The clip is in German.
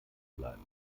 bleiben